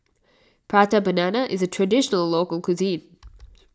Prata Banana is a Traditional Local Cuisine